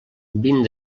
vint